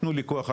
תנו לי כוח אדם,